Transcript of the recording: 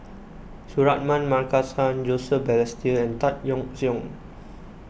Suratman Markasan Joseph Balestier and Tan Yeok Seong